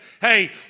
hey